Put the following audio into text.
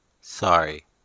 sorry